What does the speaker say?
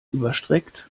überstreckt